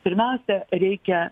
pirmiausia reikia